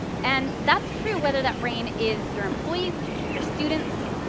and that's true whether that brain is your employee's, your student's,